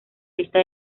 lista